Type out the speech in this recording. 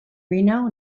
reno